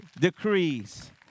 decrees